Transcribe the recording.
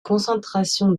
concentrations